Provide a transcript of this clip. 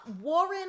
Warren